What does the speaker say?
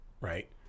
right